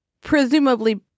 presumably